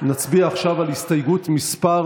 נצביע עכשיו על הסתייגות מס'